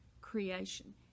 creation